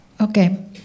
Okay